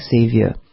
saviour